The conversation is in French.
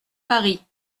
paris